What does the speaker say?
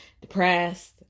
depressed